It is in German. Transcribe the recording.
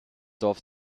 dorf